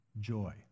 joy